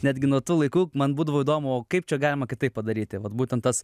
netgi nuo tų laikų man būdavo įdomu kaip čia galima kitaip padaryti vat būtent tas